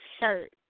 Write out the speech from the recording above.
shirt